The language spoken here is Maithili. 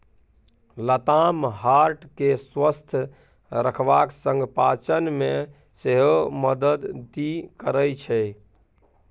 लताम हार्ट केँ स्वस्थ रखबाक संग पाचन मे सेहो मदति करय छै